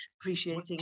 appreciating